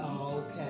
Okay